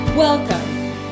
Welcome